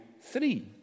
three